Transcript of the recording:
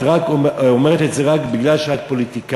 את אומרת את זה רק בגלל שאת פוליטיקאית.